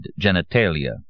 genitalia